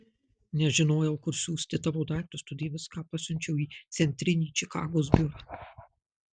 nežinojau kur siųsti tavo daiktus todėl viską pasiunčiau į centrinį čikagos biurą